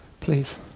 please